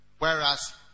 Whereas